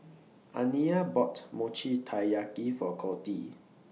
Aniya bought Mochi Taiyaki For Coty